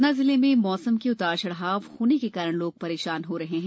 सतना जिले में मौसम के उतार चढ़ाव होने के कारण लोग परेशान हो रहे हैं